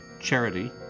charity